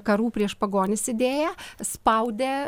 karų prieš pagonis idėja spaudė